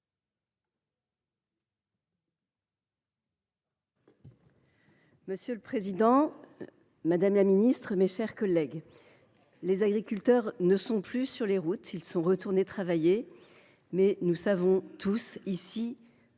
Monsieur le président, madame la ministre, mes chers collègues, les agriculteurs ne sont plus sur les routes, ils sont retournés travailler, mais nous savons tous ici